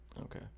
Okay